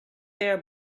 there